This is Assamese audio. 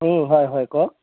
হয় হয় কওক